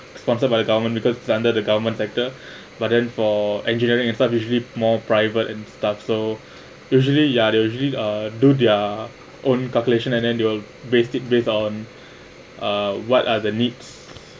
sponsored by the government because under the government sector but then for engineering and stuff usually more private and stuff so usually ya they usually uh do their own calculation and then they will basic based on uh what are the needs